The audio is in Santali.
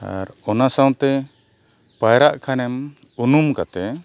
ᱟᱨ ᱚᱱᱟ ᱥᱟᱶᱛᱮ ᱯᱟᱭᱨᱟᱜ ᱠᱷᱟᱱᱮᱢ ᱩᱱᱩᱢ ᱠᱟᱛᱮ